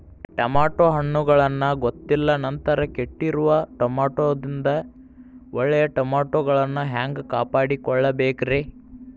Tomato ಹಣ್ಣುಗಳನ್ನ ಗೊತ್ತಿಲ್ಲ ನಂತರ ಕೆಟ್ಟಿರುವ ಟಮಾಟೊದಿಂದ ಒಳ್ಳೆಯ ಟಮಾಟೊಗಳನ್ನು ಹ್ಯಾಂಗ ಕಾಪಾಡಿಕೊಳ್ಳಬೇಕರೇ?